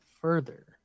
further